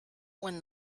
when